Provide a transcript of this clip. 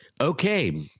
Okay